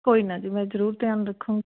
ਕੋਈ ਨਾ ਜੀ ਮੈਂ ਜ਼ਰੂਰ ਧਿਆਨ ਰੱਖੂ